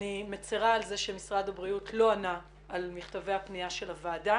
שאני מצרה על כך שמשרד הבריאות לא ענה על מכתבי הפנייה של הועדה.